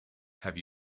have